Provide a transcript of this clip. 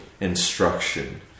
instruction